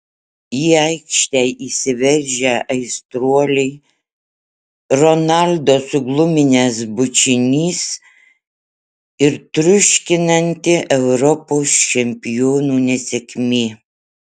į aikštę įsiveržę aistruoliai ronaldo sugluminęs bučinys ir triuškinanti europos čempionų nesėkmė